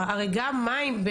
הרי גם מים,